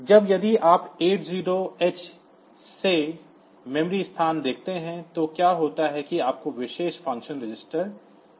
अब यदि आप 80H से स्मृति स्थान देखते हैं तो क्या होता है कि आपको विशेष फ़ंक्शन रजिस्टर मिला है